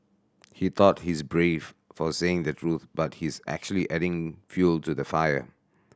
he thought he's brave for saying the truth but he's actually adding fuel to the fire